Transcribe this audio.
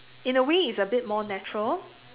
in a way it's a bit more natural